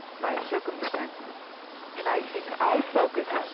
my circumstances and i think i focus